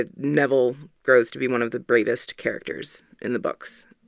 ah neville grows to be one of the bravest characters in the books.